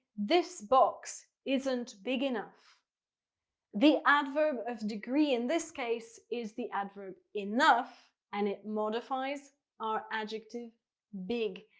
this box isn't big enough the adverb of degree in this case is the adverb enough and it modifies our adjective big.